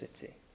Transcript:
city